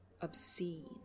Obscene